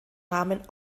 namen